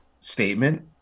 statement